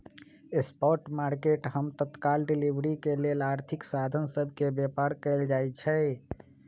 spot market हम तत्काल delivery के लेल आर्थिक साधन सभ के व्यापार कयल जाइ छइ